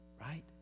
Right